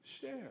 share